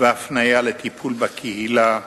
והפניה לטיפול בקהילה,